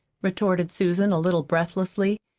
retorted susan, a little breathlessly.